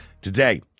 today